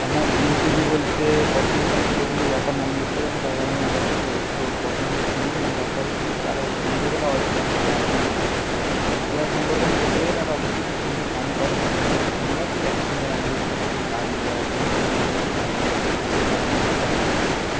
আমার প্রিয় শিল্পী বলতে প্রথমত আমার প্রিয় শিল্পী লতা মঙ্গেশকর এবং তার গান আমি অবশ্যই প্রচণ্ড শুনি এবং তার পরে যদি কারও নাম থাকে তাহলে অরিজিত সিং যেটা আধুনিক যুগের তো তাদের সম্পর্কে আমি বলতে গেলে তারা অবশ্যই খুব সুন্দর গান করে এবং তাদের ধন্যবাদ যে এত সুন্দর আমাদেরকে গান দেওয়ার জন্য এবং আমাদেরকে রোমাঞ্চিত রোমাঞ্চিত করার জন্য